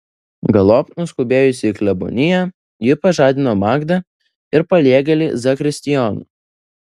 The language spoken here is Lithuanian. galop nuskubėjusi į kleboniją ji pažadino magdą ir paliegėlį zakristijoną